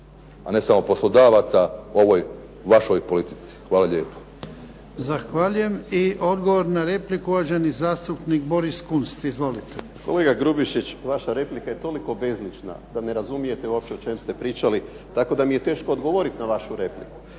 a ne samo poslodavaca ovoj vašoj politici. Hvala lijepo. **Jarnjak, Ivan (HDZ)** Zahvaljujem. I odgovor na repliku uvaženi zastupnik Boris Kunst. Izvolite. **Kunst, Boris (HDZ)** Kolega Grubišić, vaša replika je toliko bezlična da ne razumijete uopće o čemu ste pričali, tako da mi je teško odgovoriti na vašu repliku.